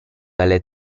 dalle